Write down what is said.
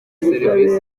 serivisi